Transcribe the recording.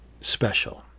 special